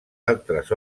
altres